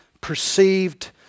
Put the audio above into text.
perceived